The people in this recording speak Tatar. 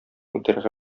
үтәргә